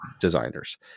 designers